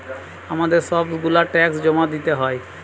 আমাদের সব গুলা ট্যাক্স জমা দিতে হয়